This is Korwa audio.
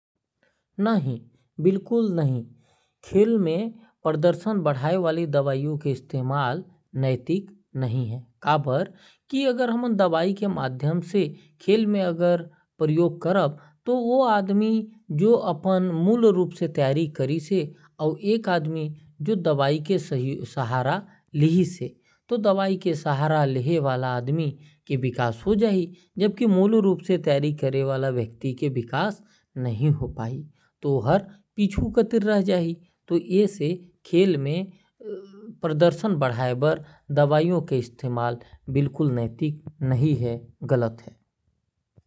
नहीं बिल्कुल नहीं खेल में प्रदर्शन बढ़ाए बर दवाई के इस्तेमाल एकदम नैतिक नहीं है। अगर कोई आदमी मूल रूप से तैयारी कारीस है। और दुसर आदमी जो दवाई के सहारा लेहत है तो ये बहुत गलत बात है। और ये बहुत बड़ा भेद भाव है यही बार खेल में प्रदर्शन बढ़ाए बर दवाई के इस्तेमाल एकदम नैतिक नहीं है।